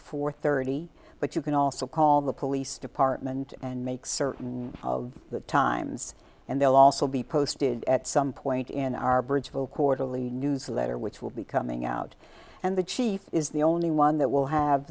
four thirty but you can also call the police department and make certain the times and they'll also be posted at some point in our bridgeville quarterly newsletter which will be coming out and the chief is the only one that will have